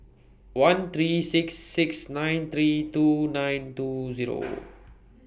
one three six six nine three two nine two Zero